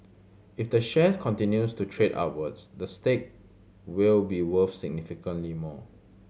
if the share continues to trade upwards the stake will be worth significantly more